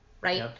Right